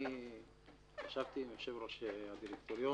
אני ישבתי עם יושב-ראש הדירקטוריון,